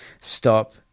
stop